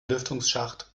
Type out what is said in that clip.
lüftungsschacht